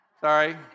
Sorry